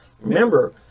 remember